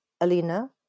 alina